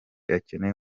akeneye